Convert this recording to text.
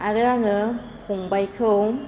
आरो आङो फंबायखौ